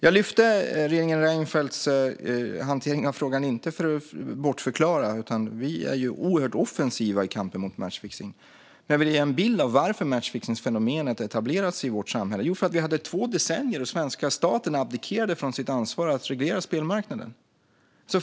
Jag tog inte upp regeringen Reinfeldts hantering av frågan för att bortförklara. Vi är oerhört offensiva i kampen mot matchfixning, men jag vill ge en bild av varför matchfixningsfenomenet etablerats i vårt samhälle. Vi hade två decennier då den svenska staten abdikerade från sitt ansvar att reglera spelmarknaden.